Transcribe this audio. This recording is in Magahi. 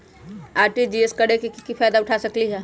आर.टी.जी.एस करे से की फायदा उठा सकीला?